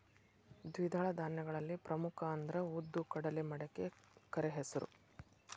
ದ್ವಿದಳ ಧಾನ್ಯಗಳಲ್ಲಿ ಪ್ರಮುಖ ಅಂದ್ರ ಉದ್ದು, ಕಡಲೆ, ಮಡಿಕೆ, ಕರೆಹೆಸರು